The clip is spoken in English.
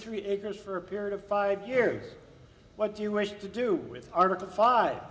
three acres for a period of five years what do you wish to do with article five